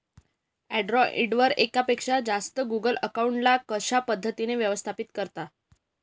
Android वर एकापेक्षा जास्त गुगल अकाउंट ला कशा पद्धतीने व्यवस्थापित करता?